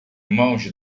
mãos